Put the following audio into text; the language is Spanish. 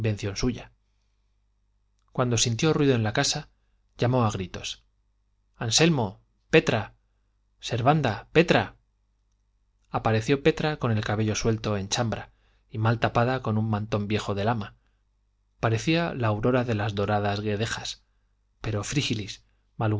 suya cuando sintió ruido en la casa llamó a gritos anselmo petra servanda petra apareció petra con el cabello suelto en chambra y mal tapada con un mantón viejo del ama parecía la aurora de las doradas guedejas pero